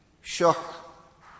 shock